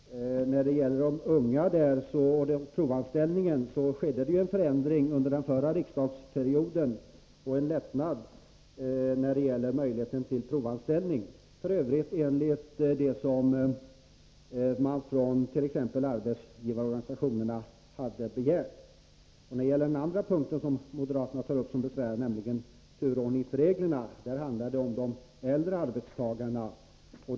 Herr talman! När det gäller de unga och provanställning skedde det en förändring under den förra riksdagsperioden, då en lättnad i reglerna för provanställning infördes —f. ö. i enlighet med vad t.ex. arbetsgivarorganisationerna hade begärt. Den andra punkten som moderaterna tar upp som en besvärlighet gäller turordningsreglerna. Här handlar det om de äldre arbetstagarna.